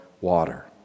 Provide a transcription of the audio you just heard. water